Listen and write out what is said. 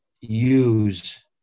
use